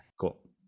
Cool